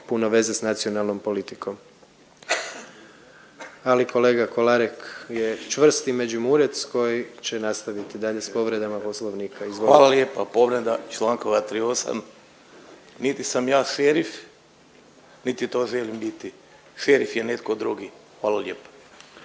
puno veze s nacionalnom politikom. Ali kolega Kolarek je čvrsti Međimurec koji će nastaviti dalje s povredama Poslovnika. **Kolarek, Ljubomir (HDZ)** Hvala lijepo. Povreda čl. 238. Niti sam ja šerif niti to želim biti. Šerif je netko drugi. Hvala lijepo.